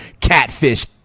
catfish